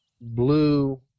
blue